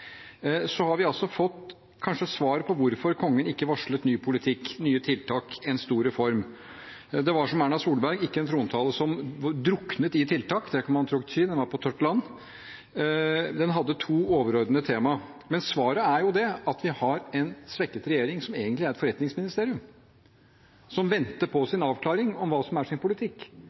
Så har vi kanskje fått svaret på hvorfor Kongen ikke varslet ny politikk, nye tiltak, en stor reform. Det var, som Erna Solberg sa, ikke en trontale som druknet i tiltak. Det kan man trygt si. Den var på tørt land. Den hadde to overordnede tema. Men svaret er jo at vi har en svekket regjering som egentlig er et forretningsministerium, som venter på en avklaring av hva som er dens politikk,